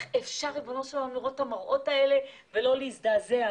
איך אפשר לראות את המראות האלה ולא להזדעזע?